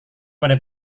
pandai